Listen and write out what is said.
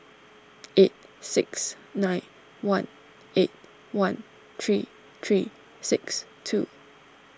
eight six nine one eight one three three six two